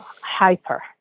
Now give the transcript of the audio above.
hyper